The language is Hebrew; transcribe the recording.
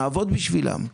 שנעבוד בשבילם?